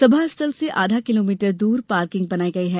सभा स्थल से आधा किलोमीटर दूर पार्किंग बनाई गई है